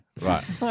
Right